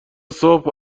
صبح